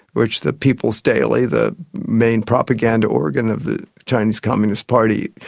which the people's daily, the main propaganda organ of the chinese communist party,